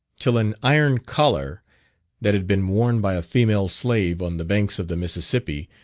till an iron collar that had been worn by a female slave on the banks of the mississippi,